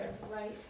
Right